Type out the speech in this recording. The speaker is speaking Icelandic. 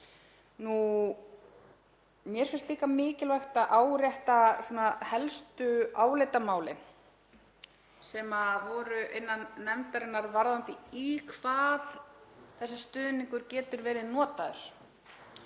Mér finnst líka mikilvægt að árétta helstu álitamálin innan nefndarinnar varðandi það í hvað þessi stuðningur getur verið notaður.